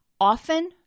often